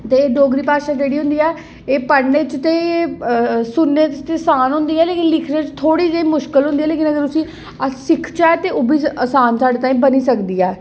ते डोगरी भाशा जेह्ड़ी होंदी ऐ एह् पढ़ने च ते सुनने च असान होंदी ऐ पर लिखने च थोह्ड़ी जेही मुश्कल होंदी ऐ लेकिन जेकर उसी अस सिखचै ते ओह्बी असान साढ़े ताहीं बनी सकदी ऐ